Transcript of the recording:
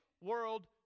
world